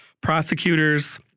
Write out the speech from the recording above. prosecutors